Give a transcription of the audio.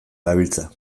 gabiltza